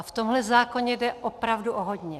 V tomhle zákoně jde opravdu o hodně.